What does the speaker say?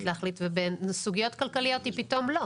להחליט ובסוגיות כלכליות היא פתאום לא?